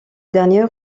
dernier